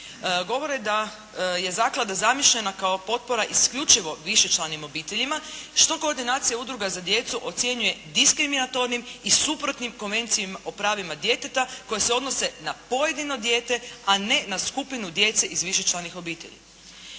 govore da je zaklada zamišljena kao potpora isključivo višečlanim obiteljima, što koordinacija udruga za djecu ocjenjuje diskriminatornim i suprotnim Konvenciji o pravima djeteta koji se odnose na pojedino dijete, a ne na skupinu djece iz višečlanih obitelji.